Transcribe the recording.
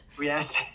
Yes